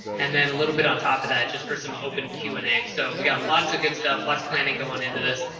and then a little bit on top of that, just for some open q and a, so we got lots of good stuff. let's plan and go on into this.